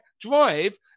drive